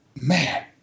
man